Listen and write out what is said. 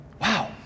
Wow